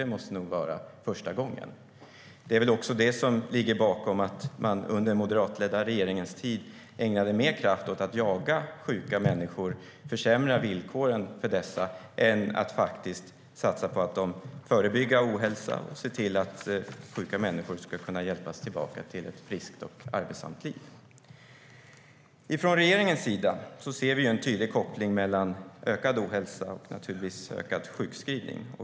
Det är nog också det som ligger bakom att man under den moderatledda regeringens tid ägnade mer kraft åt att jaga sjuka människor och försämra villkoren för dem än att faktiskt satsa på att förebygga ohälsa och se till att sjuka människor ska kunna hjälpas tillbaka till ett friskt och arbetsamt liv. Från regeringens sida ser vi en tydlig koppling mellan ökad ohälsa och ökad sjukskrivning.